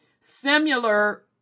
similar